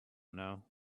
know